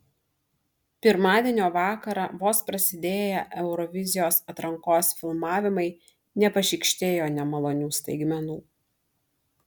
pirmadienio vakarą vos prasidėję eurovizijos atrankos filmavimai nepašykštėjo nemalonių staigmenų